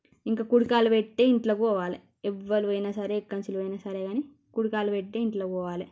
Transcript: ఇంక కుడికాలు పెట్టి ఇంట్లోకి పోవాలే ఎవ్వరు పోయిన సరే ఎక్కడి నుంచి పోయినా సరేగాని కుడికాలు పెట్టి ఇంట్లోకి పోవాలే